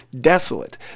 Desolate